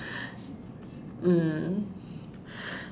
mm